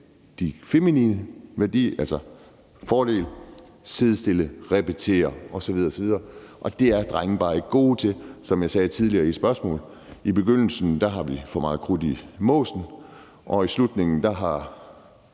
det er en fordel at kunne sidde stille, repetere osv. osv. – og det er drenge bare ikke gode til. Som jeg sagde tidligere i et spørgsmål: I begyndelsen har vi for meget krudt i måsen, og i slutningen, ja,